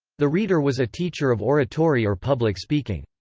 the rhetor was a teacher of oratory or public speaking.